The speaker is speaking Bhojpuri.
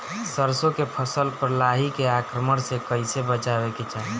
सरसो के फसल पर लाही के आक्रमण से कईसे बचावे के चाही?